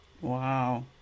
Wow